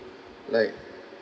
like